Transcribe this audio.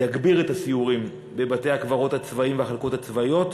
יגביר את הסיורים בבתי-הקברות הצבאיים ובחלקות הצבאיות,